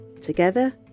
together